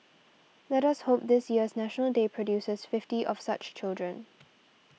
let us hope this year's National Day produces fifty of such children